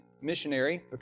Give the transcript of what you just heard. missionary